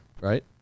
right